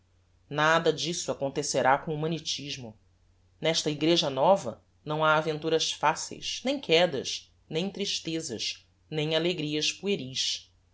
nada disso acontecerá com o humanitismo nesta egreja nova não ha aventuras faceis nem quedas nem tristezas nem alegrias